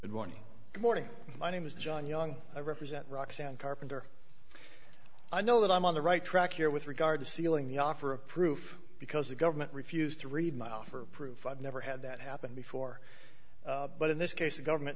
the morning my name is john young i represent roxanne carpenter i know that i'm on the right track here with regard to sealing the offer of proof because the government refused to read my offer proof i've never had that happen before but in this case the government